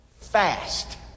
fast